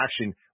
action